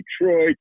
Detroit